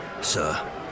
sir